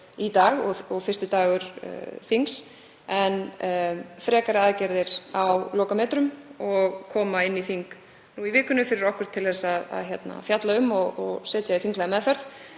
í dag og fyrsti dagur þings en frekari aðgerðir eru á lokametrunum og koma inn í þing í vikunni fyrir okkur til þess að fjalla um og setja í þinglega meðferð.